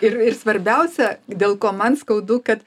ir ir svarbiausia dėl ko man skaudu kad